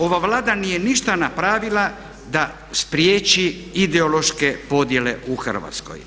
Ova Vlada nije ništa napravila da spriječi ideološke podjele u Hrvatskoj.